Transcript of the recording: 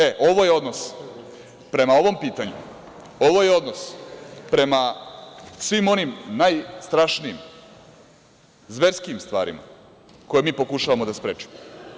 E, ovo je odnos prema ovom pitanju, ovo je odnos prema svim onim najstrašnijim, zverskim stvarima koje mi pokušavamo da sprečimo.